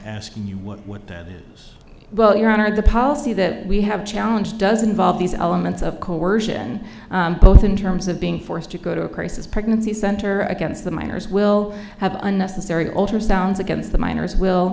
asking you what that is well your honor the policy that we have to challenge does involve these elements of coercion both in terms of being forced to go to a crisis pregnancy center against the miners will have unnecessary ultrasounds against the miners will